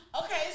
okay